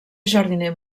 jardiner